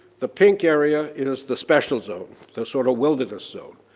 the pink area, it is the special zone, the sort of wilderness zone.